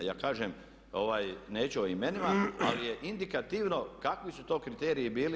Ja kažem neću o imenima, ali je indikativno kakvi su to kriteriji bili.